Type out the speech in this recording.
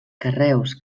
carreus